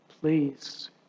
please